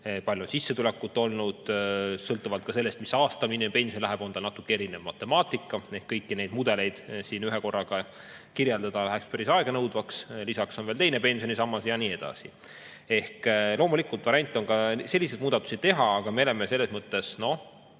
palju on tal sissetulekut olnud. Sõltuvalt ka sellest, mis aastal inimene pensionile läheb, on natuke erinev matemaatika. Kõiki neid mudeleid siin ühekorraga kirjeldada oleks päris aeganõudev. Lisaks on veel teine pensionisammas ja nii edasi. Loomulikult, variant on ka selliseid muudatusi teha, aga me oleme, noh,